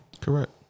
Correct